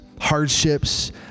hardships